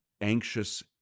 anxious